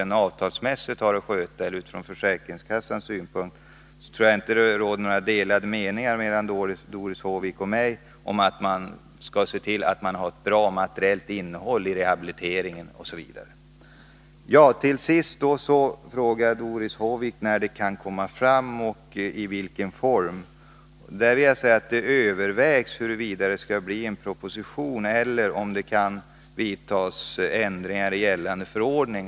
Jag tror inte att det råder några delade meningar mellan Doris Håvik och mig om att vi skall se till att det finns ett bra materiellt innehåll i rehabiliteringen osv., oavsett om det är staten eller försäkringskassan som skall sköta administrationen. Till sist frågar Doris Håvik när och i vilken form förslag kommer att läggas fram. Det övervägs om det skall bli en proposition eller om ändringar kan vidtas i gällande förordning.